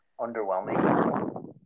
underwhelming